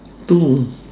two